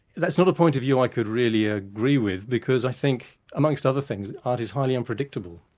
that's not a point of view i could really ah agree with because i think amongst other things, art is highly unpredictable.